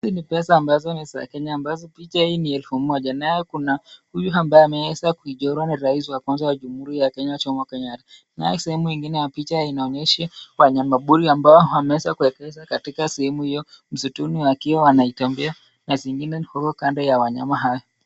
Hizi ni pesa ambazo ni za ni za Kenya ambazo picha hii ni elfu moja naye kuna huyu ambaye ameweza kuchora rais wa kwanza wa jumuhia ya Kenya Jomo Kenyatta, naye sehemu ingine ya picha inaonyesha wanyama Pori ambao wameweza kuegezwa katika sehemu hiyo msituni wakiwa wanatembea na zingine huku kando ya wanyama haya.